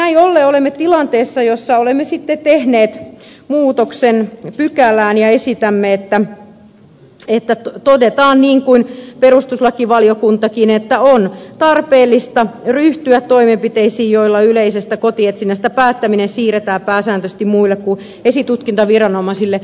näin ollen olemme tilanteessa jossa olemme tehneet muutoksen pykälään ja toteamme niin kuin perustuslakivaliokuntakin että on tarpeellista ryhtyä toimenpiteisiin joilla yleisestä kotietsinnästä päättäminen siirretään pääsääntöisesti muulle kuin esitutkintaviranomaiselle